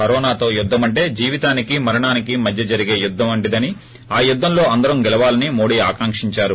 కరోనాతో యుద్గమంటే జీవితానికి మరణానికి మధ్య జరిగే యుద్గం వంటిదని ఆ యుద్గంలో అందరం గెలవాలని మోడీ ఆకాంకించారు